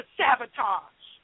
sabotage